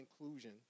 Inclusion